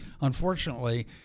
Unfortunately